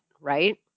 right